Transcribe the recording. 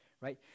right